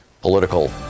political